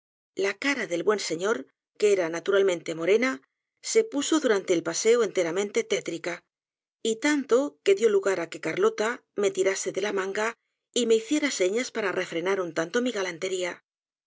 la cara del buen señor que era naturalmente morena se puso durante el paseo enteramente tétrica y tanto que dio lugar á que carlota me tirase de la manga y me hiciera señas para refrenar un tanto mi galantería